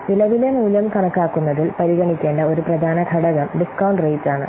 നിലവിലെ മൂല്യം കണക്കാക്കുന്നതിൽ പരിഗണിക്കേണ്ട ഒരു പ്രധാന ഘടകം ഡിസ്കൌണ്ട് റേറ്റ് ആണ്